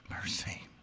Mercy